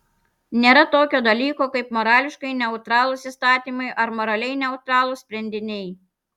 nėra tokio dalyko kaip morališkai neutralūs įstatymai ar moraliai neutralūs sprendiniai